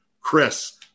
Chris